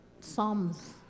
psalms